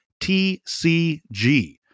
TCG